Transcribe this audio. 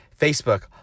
Facebook